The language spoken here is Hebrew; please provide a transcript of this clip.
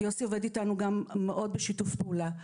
כי יוסי עובד איתנו גם מאוד בשיתוף פעולה.